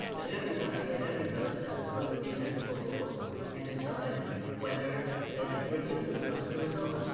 but everybody at every vote has to look at these ethical rules and decide whether they have to recuse themselves as a result.